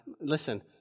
Listen